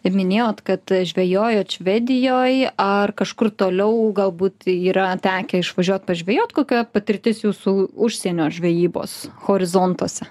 minėjot kad žvejojot švedijoj ar kažkur toliau galbūt yra tekę išvažiuot pažvejot kokia patirtis jūsų užsienio žvejybos horizontuose